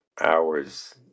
hours